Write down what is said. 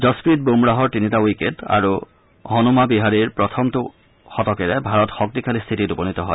যচপ্ৰীট বুমৰাহৰ তিনিটা উইকেট আৰু হনুমা বিহাৰীৰ প্ৰথমটো শতকেৰে ভাৰত শক্তিশালী স্থিতিত উপনীত হয়